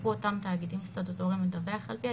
שיצטרכו אותם תאגידים סטטוטוריים לדווח על זה,